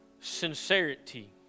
sincerity